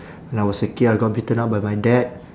when I was a kid I got beaten up by my dad